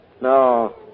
No